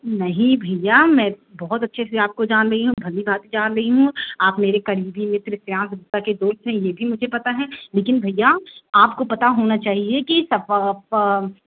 नहीं भैया मैं बहुत अच्छे से आपको जान रही हूँ भली भाति जान रही हूँ आप मेरे करीबी मित्र श्रेयान्स गुप्ता के दोस्त हैं यह भी मुझे पता है लेकिन भैया आपको पता होना चाहिए कि